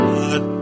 God